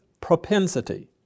propensity